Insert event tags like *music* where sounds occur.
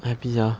*noise*